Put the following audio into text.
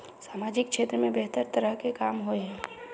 सामाजिक क्षेत्र में बेहतर तरह के काम होय है?